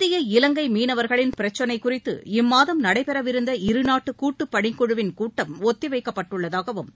இந்திய இலங்கை மீனவர்களின் பிரச்சினைக் குறித்து இம்மாதம் நடைபெறவிருந்த இரு நாட்டு கூட்டுப் பணிக்குழுவின் கூட்டம் ஒத்தி வைக்கப்பட்டுள்ளதாகவும்